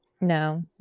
no